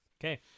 Okay